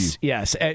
Yes